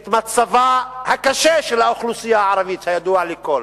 את מצבה הקשה של האוכלוסייה הערבית, הידוע לכול,